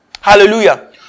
Hallelujah